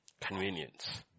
Convenience